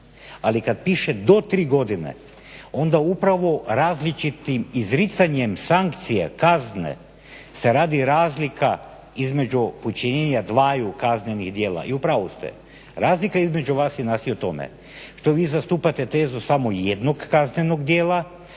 Ali kada piše do tri godine onda upravo različitim izricanjem sankcija, kazne, se radi razlika između počinjenja dvaju kaznenih djela i u pravu ste. Razlika između vas i nas je u tome što vi zastupate tezu samo jednog kaznenog djela,